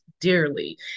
dearly